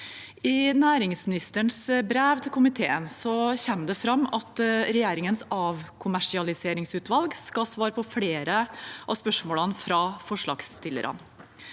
I næringsministerens brev til komiteen kommer det fram at regjeringens avkommersialiseringsutvalg skal svare på flere av spørsmålene fra forslagsstillerne.